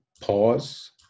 pause